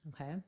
Okay